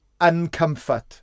uncomfort